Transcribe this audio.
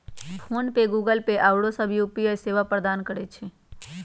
PhonePe, Google Pay आउरो सभ UPI सेवा प्रदान करै छै